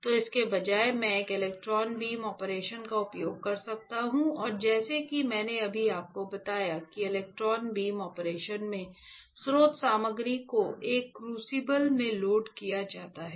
तो इसके बजाय मैं एक इलेक्ट्रॉन बीम ऑपरेशन का उपयोग कर सकता हूं और जैसा कि मैंने अभी आपको बताया कि इलेक्ट्रॉन बीम ऑपरेशन में स्रोत सामग्री को एक क्रूसिबल में लोड किया जाता है